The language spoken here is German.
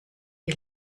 ihr